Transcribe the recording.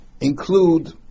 include